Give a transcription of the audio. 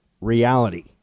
reality